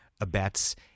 abets